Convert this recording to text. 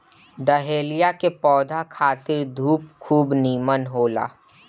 dahlia के पौधा खातिर धूप खूब निमन होला